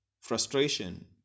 frustration